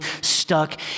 stuck